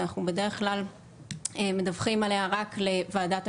שאנחנו בדרך כלל מדווחים עליה רק לאותה